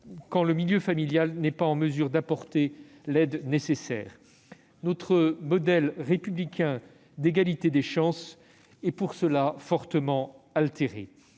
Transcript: que le milieu familial n'est pas en mesure d'apporter l'aide nécessaire. Notre modèle républicain d'égalité des chances est pour ceux-là fortement altéré.